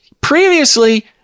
previously